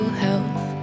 health